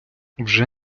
вже